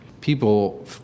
people